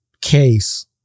case